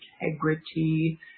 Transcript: integrity